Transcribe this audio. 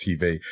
TV